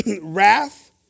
wrath